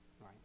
right